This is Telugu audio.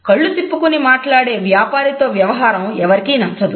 కళ్లు తిప్పుకొని మాట్లాడే వ్యాపారితో వ్యవహారం ఎవరికీ నచ్చదు